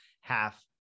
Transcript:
half